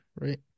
right